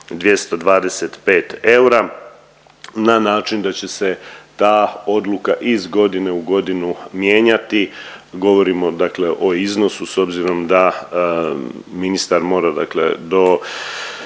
225 eura na način da će se ta odluka iz godine u godinu mijenjati, govorimo dakle o iznosu s obzirom da ministar mora dakle